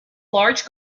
large